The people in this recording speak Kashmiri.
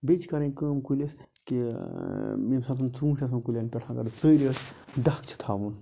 بیٚیہِ چھِ کَرٕنۍ کٲم کُلِس کہِ ییٚمہِ ساتہٕ ژوٗنٛٹھۍ چھِ آسان کُلیٚن پیٚٹھ اگر ژٔرۍ ٲسۍ ڈَکھ چھُ تھاوُن